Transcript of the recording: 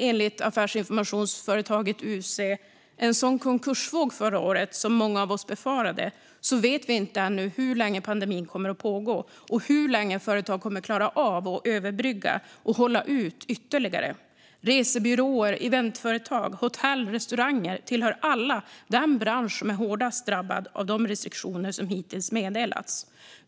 enligt affärsinformationsföretaget UC, inte blev en sådan konkursvåg förra året som många av oss befarade vet vi ännu inte hur länge pandemin kommer att pågå eller hur länge företag kommer att klara av att överbrygga och hålla ut ytterligare. Resebyråer, eventföretag, hotell och restauranger tillhör alla den bransch som är hårdast drabbad av de restriktioner som hittills meddelats.